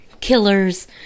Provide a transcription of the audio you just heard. killers